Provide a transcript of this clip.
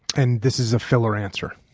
and this is a filler answer,